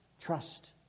Trust